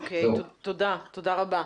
אוקיי, תודה רבה.